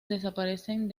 desaparecen